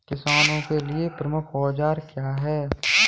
किसानों के लिए प्रमुख औजार क्या हैं?